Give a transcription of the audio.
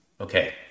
okay